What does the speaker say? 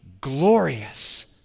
glorious